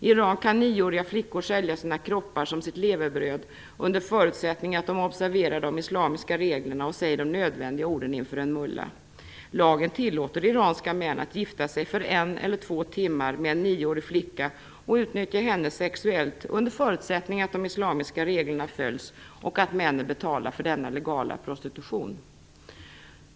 I Iran kan nioåriga flickor ha som sitt levebröd att sälja sina kroppar, under förutsättning att de observerar de islamiska reglerna och säger de nödvändiga orden inför en mullah. Lagen tillåter iranska män att gifta sig för en eller två timmar med en nioårig flicka och utnyttja henne sexuellt, under förutsättning att de islamiska reglerna följs och att männen betalar för denna legala prostitution.